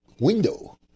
window